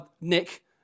Nick